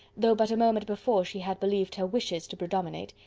though but a moment before she had believed her wishes to predominate,